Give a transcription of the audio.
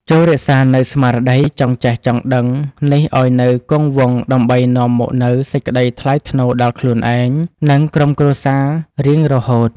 ចូររក្សានូវស្មារតីចង់ចេះចង់ដឹងនេះឱ្យនៅគង់វង្សដើម្បីនាំមកនូវសេចក្តីថ្លៃថ្នូរដល់ខ្លួនឯងនិងក្រុមគ្រួសាររៀងរហូត។